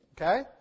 Okay